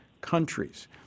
countries